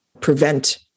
prevent